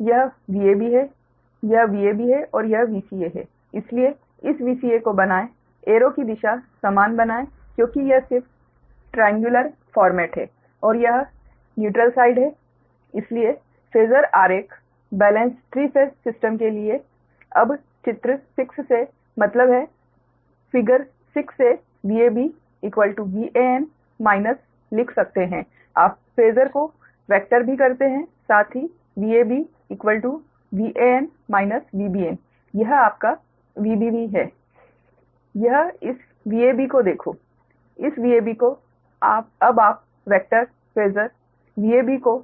तो यह Vab है और यह Vca है इसलिए इस Vca को बनाए एरो की दिशा समान बनाएं क्योंकि यह सिर्फ ट्राएंगुलर फ़ारमैट है और यह न्यूट्रल पक्ष है इसलिए फेजर आरेख बैलेन्स 3 फेस सिस्टम के लिए अब चित्र 6 से मतलब है आकृति 6 से Vab Van माइनस लिख सकते हैं आप फेजर को वेक्टर भी करते हैं साथ ही Vab Van Vbn यह आपका Vbb है यह इस Vab को देखो इस Vab को अब आप वेक्टर Phasor Vab को